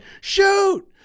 Shoot